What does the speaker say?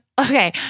Okay